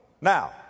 Now